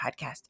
podcast